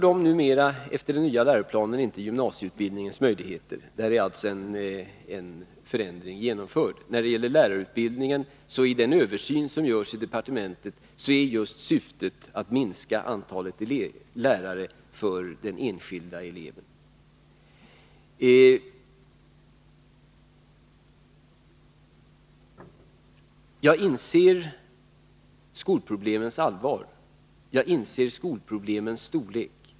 Efter införandet av den nya läroplanen avgör inte valen i sexan gymnasieutbildningens möjligheter. På den punkten är alltså en förändring genomförd. I den översyn av lärarutbildningen som görs i departementet är syftet just att minska antalet lärare för den enskilde eleven. Jaginser skolproblemens storlek och hur allvarlig situationen är.